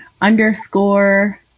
underscore